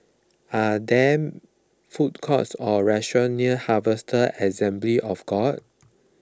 are there food courts or restaurants near Harvester Assembly of God